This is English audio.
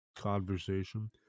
conversation